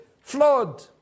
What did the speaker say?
flawed